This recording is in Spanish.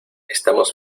estamos